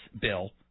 bill